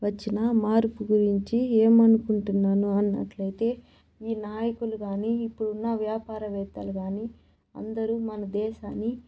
వచ్చిన మార్పు గురించి ఏమనుకుంటున్నాను అన్నట్లయితే ఈ నాయకులు కానీ ఇప్పుడున్న వ్యాపారవేత్తలు కాని అందరూ మన దేశాన్ని